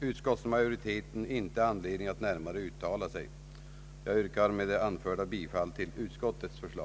utskottsmajoriteten inte funnit någon anledning att närmare uttala sig i denna fråga. Jag yrkar med det anförda bifall till utskottets förslag.